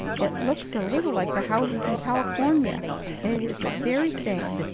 it looks a little like the houses in california, and it is the very thing.